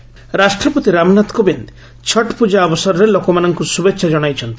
ପ୍ରେଜ୍ ଛଟ୍ ରାଷ୍ଟ୍ରପତି ରାମନାଥ କୋବିନ୍ଦ ଛଟ୍ ପୂଜା ଅବସରରେ ଲୋକମାନଙ୍କୁ ଶ୍ରଭେଚ୍ଛା କଣାଇଛନ୍ତି